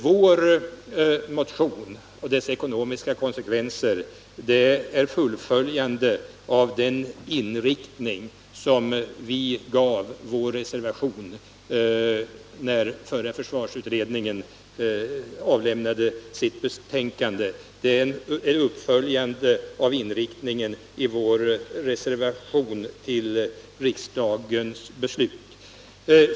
Vår motion går ut på att man skall fullfölja den inriktning som vi gav vår reservation när förra försvarsutredningen avlämnade sitt betänkande. Den innebär en uppföljning av inriktningen i vår reservation till riksdagens beslut.